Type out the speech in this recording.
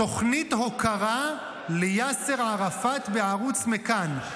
תוכנית הוקרה ליאסר ערפאת בערוץ מכאן,